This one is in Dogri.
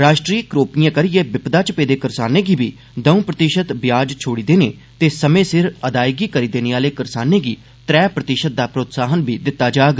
रॉश्ट्री क्रोपियें करिये विपदा च पेदे करसानें गी बी दौंऊ प्रतिष्त ब्याज छोड़ी देने दे समे सिर अदायगी करी देने आले करसानें गी त्रै प्रतिष्त दा प्रोत्साहन बी दिता जाग